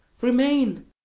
Remain